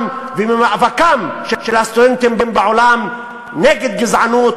וממאבקם של הסטודנטים בעולם נגד גזענות,